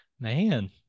Man